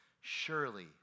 surely